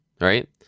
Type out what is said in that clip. right